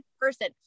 person